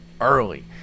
early